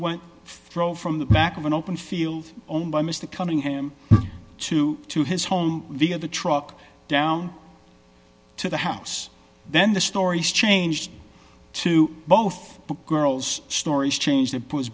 throw from the back of an open field owned by mr cunningham to to his home via the truck down to the house then the stories changed to both girls stories change that because